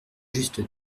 juste